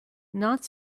not